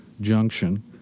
Junction